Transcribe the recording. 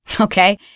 Okay